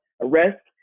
arrest